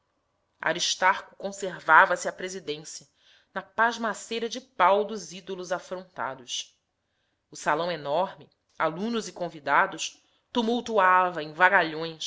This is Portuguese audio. sim aristarco conservava-se a presidência na pasmaceira de pau dos ídolos afrontados o salão enorme alunos e convidados tumultuava em vagalhões